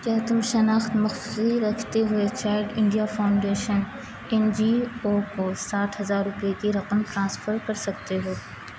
کیا تم شناخت مخفی رکھتے ہوئے child India foundation N G O کو کو ساٹھ ہزار روپے کی رقم ٹرانسفر کر سکتے ہو